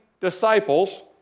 disciples